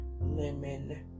lemon